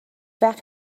وقت